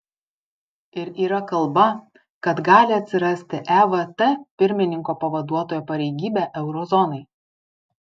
ir yra kalba kad gali atsirasti evt pirmininko pavaduotojo pareigybė euro zonai